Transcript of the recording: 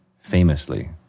Famously